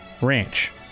ranch